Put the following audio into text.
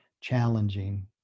challenging